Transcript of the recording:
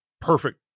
perfect